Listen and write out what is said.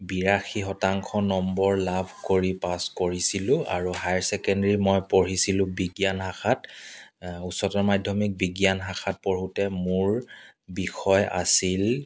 বিৰাশী শতাংশ নম্বৰ লাভ কৰি পাছ কৰিছিলোঁ আৰু হায়াৰ ছেকেণ্ডেৰী মই পঢ়িছিলোঁ বিজ্ঞান শাখাত উচ্চতৰ মাধ্যমিক বিজ্ঞান শাখাত পঢ়োঁতে মোৰ বিষয় আছিল